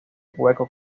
hueco